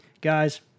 guys